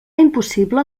impossible